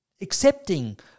accepting